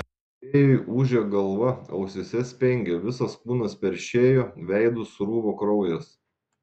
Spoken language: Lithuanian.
andrejui ūžė galva ausyse spengė visas kūnas peršėjo veidu sruvo kraujas